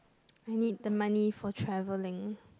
I need the money for travelling